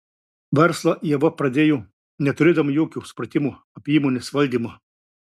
verslą ieva pradėjo neturėdama jokio supratimo apie įmonės valdymą